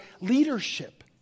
leadership